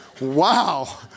Wow